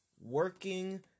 Working